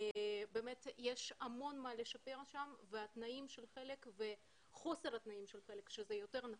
באמת יש המון מה לשפר שם והתנאים של חלק וחוסר התנאים של חלק יותר נכון,